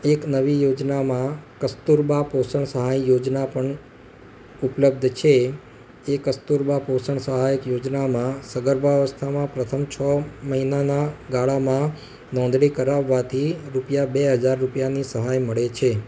એક નવી યોજનામાં કસ્તુર બા પોષણ સહાય યોજના પણ ઉપલબ્ધ છે એ કસ્તુર બા પોષણ સહાયક યોજનામાં સગર્ભા અવસ્થામાં પ્રથમ છ મહિનાના ગાળામાં નોંધણી કરાવવાથી રુપિયા બે હજાર રૂપિયાની સહાય મળે છે